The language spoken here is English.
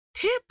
Tip